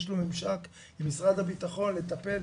יש לו ממשק עם משרד הבטחון לטפל,